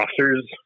officers